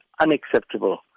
unacceptable